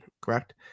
Correct